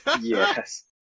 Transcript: yes